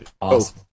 Awesome